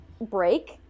break